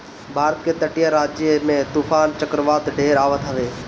भारत के तटीय राज्य में तूफ़ान चक्रवात ढेर आवत हवे